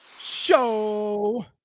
show